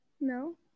no